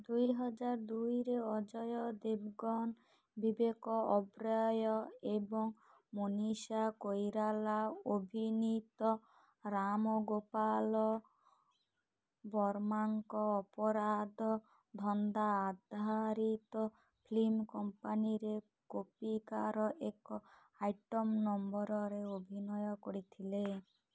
ଦୁଇହଜାର ଦୁଇରେ ଅଜୟ ଦେବଗନ ବିବେକ ଓବେରୟ ଏବଂ ମନୀଷା କୋଇରାଲା ଅଭିନୀତ ରାମ ଗୋପାଲ ବର୍ମାଙ୍କ ଅପରାଧ ଧନ୍ଦା ଆଧାରିତ ଫିଲ୍ମ କମ୍ପାନୀରେ କପିକାର ଏକ ଆଇଟମ୍ ନମ୍ବର୍ରେ ଅଭିନୟ କରିଥିଲେ